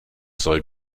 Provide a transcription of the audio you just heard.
soll